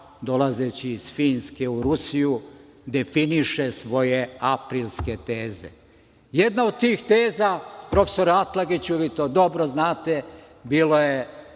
dolazeći iz Finske u Rusiju, definiše svoje aprilske teze. Jedna od tih teza, profesore Atlagiću, vi to dobro znate, bilo je